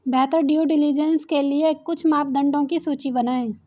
बेहतर due diligence के लिए कुछ मापदंडों की सूची बनाएं?